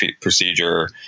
procedure